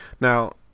Now